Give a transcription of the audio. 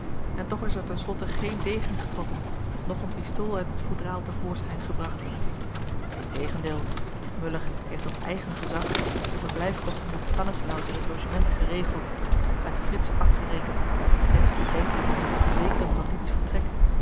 en toch is er ten slotte geen degen getrokken noch een pistool uit het foudraal te voorschijn gebracht integendeel muller heeft op eigen gezag de verblijfkosten van stanislaus in het logement geregeld met fritz afgerekend en is toen denkelijk om zich te verzekeren van diens vertrek